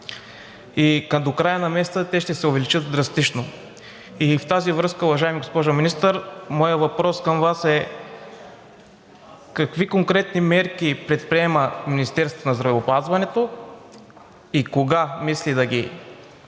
и до края на месеца те ще се увеличат драстично. В тази връзка, уважаема госпожо Министър, моят въпрос към Вас е: какви конкретни мерки предприема Министерството на здравеопазването и кога мисли да ги